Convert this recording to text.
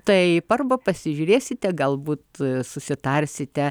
taip arba pasižiūrėsite galbūt susitarsite